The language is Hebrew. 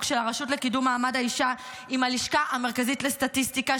של הרשות לקידום מעמד האישה עם הלשכה המרכזית לסטטיסטיקה,